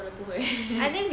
我的不会